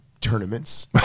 Tournaments